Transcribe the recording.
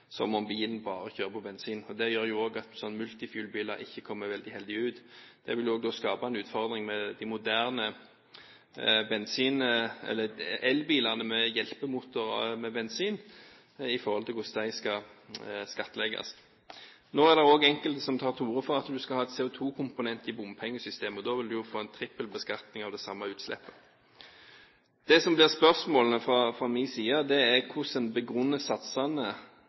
som om bilen bare kjører på bensin. Det gjør jo også at slike multifuel-biler ikke kommer veldig heldig ut. Det vil også skape en utfordring med de moderne elbilene med hjelpemotor for bensin når det kommer til hvordan de skal skattlegges. Nå er det også enkelte som tar til orde for at du skal ha en CO2-komponent i bompengesystemet. Da vil man få en trippelbeskatning av det samme utslippet. Det som blir spørsmålene fra min side, er hvordan en begrunner satsene